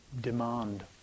Demand